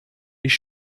ich